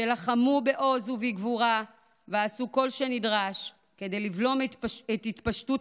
שלחמו בעוז ובגבורה ועשו כל שנדרש כדי לבלום את התפשטות